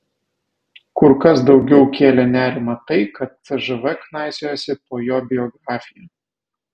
kur kas daugiau kėlė nerimą tai kad cžv knaisiojasi po jo biografiją